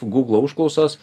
gūglo užklausos